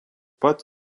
pat